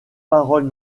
parole